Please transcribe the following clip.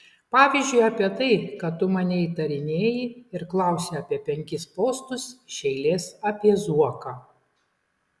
pavyzdžiui apie tai kad tu mane įtarinėji ir klausi apie penkis postus iš eilės apie zuoką